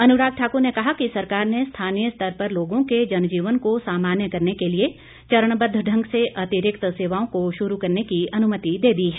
अनुराग ठाकुर ने कहा कि सरकार ने स्थानीय स्तर पर लोगों के जन जीवन को सामान्य करने के लिए चरणबद्द ढंग से अतिरिक्त सेवाओं को शुरू करने की अनुमति दे दी है